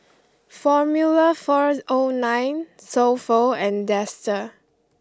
Formula fourth O nine So Pho and Dester